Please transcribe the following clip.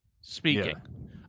speaking